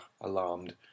alarmed